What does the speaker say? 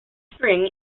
spring